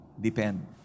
depend